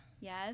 Yes